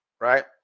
right